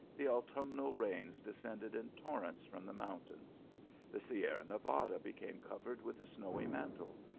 the autumnal rains de scended in torrents from the mountains the sierra nevada became covered with a snowy mantle,